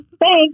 thanks